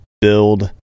build